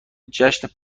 جشن